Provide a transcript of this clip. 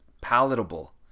palatable